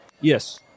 Yes